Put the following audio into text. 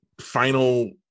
final